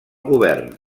govern